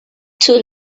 too